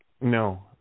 No